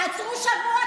תעצרו שבוע,